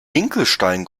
hinkelstein